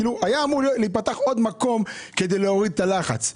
היה אמור להיפתח עוד מקום כדי להוריד את הלחץ.